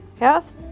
Yes